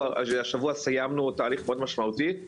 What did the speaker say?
השבוע סיימנו תהליך מאוד משמעותי,